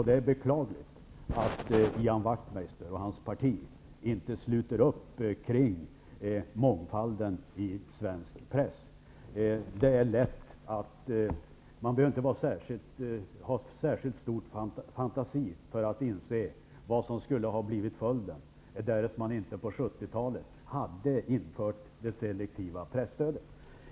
Det är beklagligt att Ian Wachtmeister och hans parti inte sluter upp kring mångfalden i svensk press. Man behöver inte ha så särskilt livlig fantasi för att inse vad som skulle ha blivit följden därest man inte på 70-talet hade infört det selektiva presstödet.